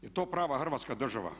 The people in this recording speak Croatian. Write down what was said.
Je li to prava Hrvatska država?